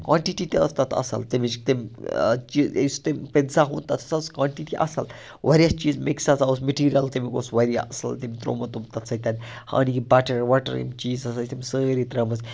quantity تہِ ٲس تَتھ اَصٕل تَمِچ تٔمۍ یُس تمہِ پِتزا اوٚن تَتھ ہَسا ٲس کانٹِٹی اَصٕل واریاہ چیٖز مِکٕس ہَسا اوس میٚٹیٖریَل تَمیُک اوس واریاہ اَصٕل تٔمۍ ترٛوومُت تٕم تَتھ سۭتۍ ۂنی بَٹَر وَٹَر یِم چیٖز ہَسا ٲس تٔمۍ سٲری ترٛٲومٕژ